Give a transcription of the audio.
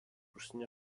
užsienio